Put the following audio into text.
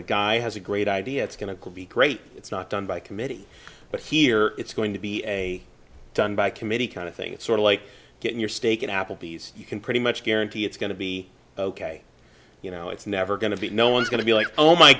a guy has a great idea it's going to be great it's not done by committee but here it's going to be a done by committee kind of thing it's sort of like getting your steak at appleby's you can pretty much guarantee it's going to be ok you know it's never going to be no one's going to be like oh my